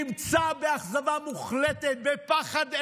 נמצא באכזבה מוחלטת, בפחד אימים.